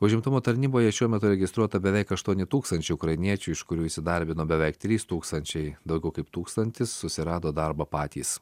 užimtumo tarnyboje šiuo metu registruota beveik aštuoni tūkstančiai ukrainiečių iš kurių įsidarbino beveik trys tūkstančiai daugiau kaip tūkstantis susirado darbą patys